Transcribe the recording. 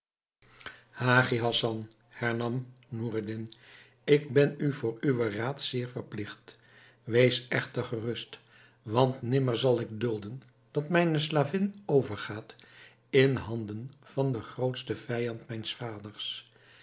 hagi hassan hernam noureddin ik ben u voor uwen raad zeer verpligt wees echter gerust want nimmer zal ik dulden dat mijne slavin overgaat in handen van den grootsten vijand mijns vaders